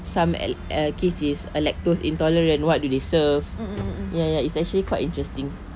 some aller~ kids is lactose intolerant what do they serve ya ya ya it's actually quite interesting